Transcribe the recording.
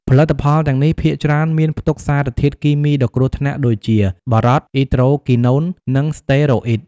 ផលិតផលទាំងនេះភាគច្រើនមានផ្ទុកសារធាតុគីមីដ៏គ្រោះថ្នាក់ដូចជា បារត, អ៊ីដ្រូគីណូន និង ស្តេរ៉ូអ៊ីត។